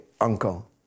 uncle